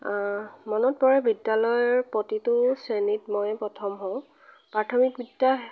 মনত পৰে বিদ্যালয়ৰ প্ৰতিটো শ্ৰেণীত মই প্ৰথম হওঁ প্ৰাথমিক বিদ্যা